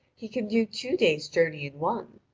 he can do two days' journey in one.